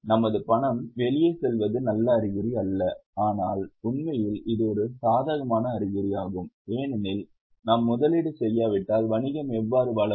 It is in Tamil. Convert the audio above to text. நமது பணம் வெளியே செல்வது நல்ல அறிகுறி அல்ல ஆனால் உண்மையில் இது ஒரு சாதகமான அறிகுறியாகும் ஏனெனில் நாம் முதலீடு செய்யாவிட்டால் வணிகம் எவ்வாறு வளரும்